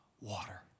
water